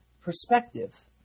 perspective